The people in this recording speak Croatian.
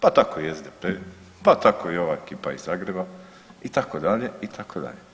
Pa tako i SDP, pa tako i ova ekipa iz Zagreba, itd., itd.